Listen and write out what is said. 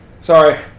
Sorry